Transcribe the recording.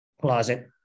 closet